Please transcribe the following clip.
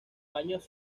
años